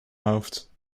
hoofd